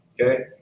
okay